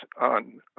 on